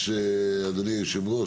אדוני היושב ראש,